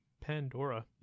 Pandora